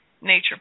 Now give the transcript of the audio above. nature